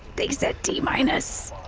they said t-minus